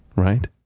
right?